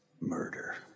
murder